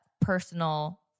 personal